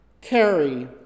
carry